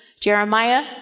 Jeremiah